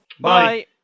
Bye